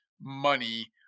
money